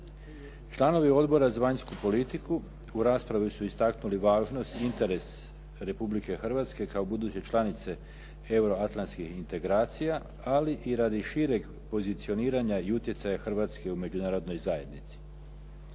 Članovi Odbora za vanjsku politiku u raspravi su istaknuli važnost interes Republike Hrvatske kao buduće članice euro-atlanskih integracija ali i radi šireg pozicioniranja i utjecaja Hrvatske u Međunarodnoj zajednici.